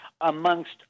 amongst